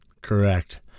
Correct